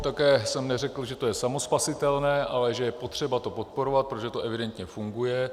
Také jsem neřekl, že to je samospasitelné, ale je potřeba to podporovat, protože to evidentně funguje.